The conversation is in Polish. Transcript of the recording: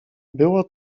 było